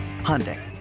Hyundai